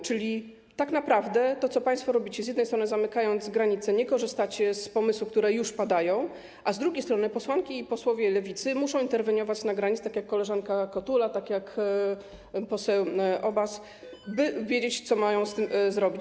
Czyli tak naprawdę chodzi o to, co państwo robicie, z jednej strony zamykacie granice, nie korzystacie z pomysłów, które już padają, a z drugiej strony posłanki i posłowie Lewicy muszą interweniować na granicy, tak jak koleżanka Kotula, tak jak poseł Obaz, by wiedzieć, co mają z tym zrobić.